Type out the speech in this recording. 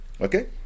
Okay